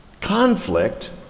conflict